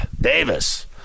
Davis